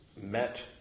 met